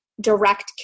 direct